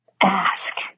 ask